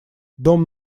дом